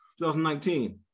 2019